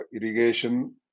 irrigation